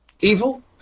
evil